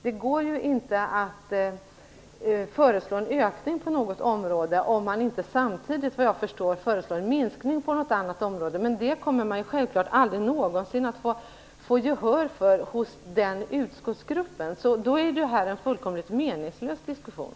Det går inte att föreslå en ökning på något område, såvitt jag förstår, om man inte samtidigt föreslår en minskning på något annat område. Men det kommer man självklart aldrig någonsin att få gehör för hos den utskottsgruppen. Då är det en fullkomligt meningslös diskussion.